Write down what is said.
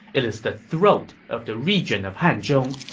it is the throat of the region of hanzhong.